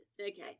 okay